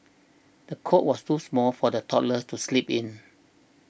the cot was too small for the toddler to sleep in